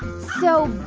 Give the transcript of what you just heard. so,